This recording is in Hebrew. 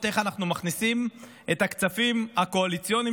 איך אנחנו מכניסים את הכספים הקואליציוניים,